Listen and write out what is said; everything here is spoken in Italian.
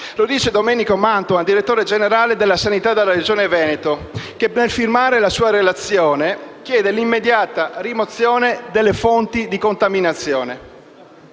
lo dice Domenico Mantoan, direttore generale della sanità della Regione Veneto che per firmare la sua relazione chiede l'immediata rimozione delle fonti di contaminazione.